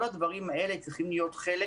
כל הדברים האלה צריכים להיות חלק